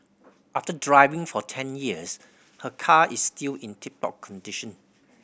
after driving for ten years her car is still in tip top condition